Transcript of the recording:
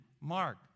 Mark